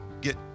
get